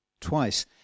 Twice